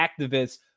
activists